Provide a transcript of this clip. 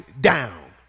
down